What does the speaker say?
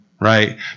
right